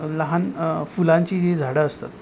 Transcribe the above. लहान फुलांची जी झाडं असतात